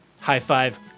high-five